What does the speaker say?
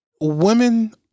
women